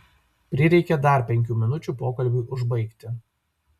prireikė dar penkių minučių pokalbiui užbaigti